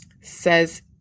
says